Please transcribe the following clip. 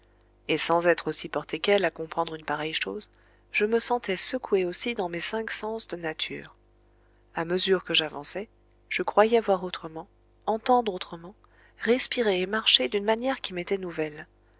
et sans être aussi porté qu'elle à comprendre une pareille chose je me sentais secoué aussi dans mes cinq sens de nature à mesure que j'avançais je croyais voir autrement entendre autrement respirer et marcher d'une manière qui m'était nouvelle